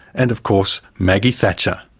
and of course maggie thatcher.